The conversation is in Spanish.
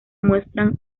muestran